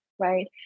right